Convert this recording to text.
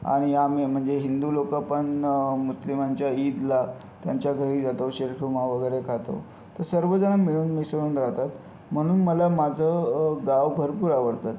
आणि आम्ही म्हणजे हिंदू लोकं पण मुस्लिमांच्या ईदला त्यांच्या घरी जातो शिरखुरमा वगैरे खातो तर सर्वजणं मिळून मिसळून राहतात म्हणून मला माझं गाव भरपूर आवडतं